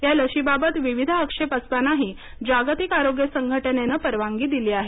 या लशीबाबत विविध आक्षेप असतानाही जागतिक आरोग्य संघटनेनं परवानगी दिली आहे